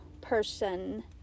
person